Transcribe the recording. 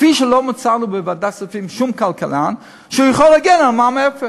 כפי שלא מצאנו בוועדת הכספים שום כלכלן שיכול להגן על מע"מ אפס,